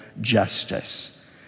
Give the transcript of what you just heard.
justice